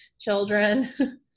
children